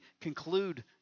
conclude